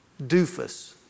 doofus